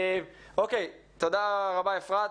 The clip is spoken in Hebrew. תודה רבה, אפרת.